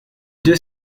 deux